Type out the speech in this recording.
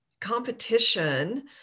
competition